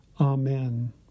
Amen